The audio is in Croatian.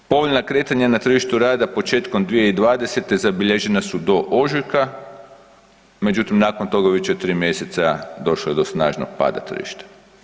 Povoljna kretanja na tržištu rada početkom 2020. zabilježena su do ožujka, međutim nakon toga, ova 4 mjeseca došlo je do snažnog pada tržišta.